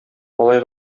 алай